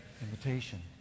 Invitation